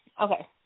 Okay